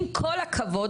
עם כל הכבוד,